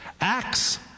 acts